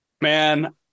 Man